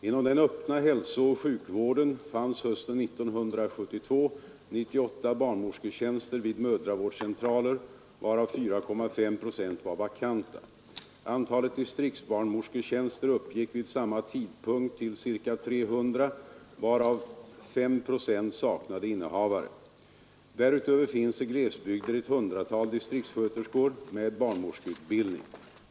Inom den öppna hälsooch sjukvården fanns hösten 1972 98 barnmorsketjänster vid mödravårdscentraler, varav 4,5 procent var vakanta. Antalet distriktsbarnmorsketjänster uppgick vid samma tidpunkt till ca 300, varav 5 procent saknade innehavare. Därutöver finns i glesbygder ett 100-tal distriktssköterskor med barnmorskeutbildning.